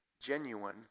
genuine